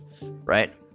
right